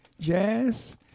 jazz